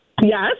Yes